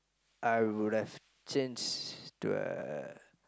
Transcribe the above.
I would have changed to a